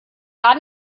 gar